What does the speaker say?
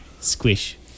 Squish